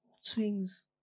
swings